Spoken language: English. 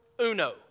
uno